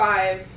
Five